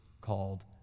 called